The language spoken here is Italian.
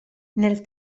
nel